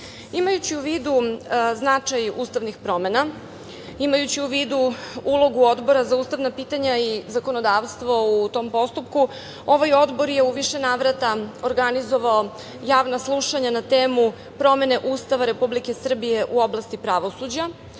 Srbije. Imajući u vidu značaj ustavnih promena, imajući u vidu ulogu Odbora za ustavna pitanja i zakonodavstvo u tom postupku, ovaj odbor je u više navrata organizovao javna slušanja na temu „Promene Ustava Republike Srbije u oblasti pravosuđa“,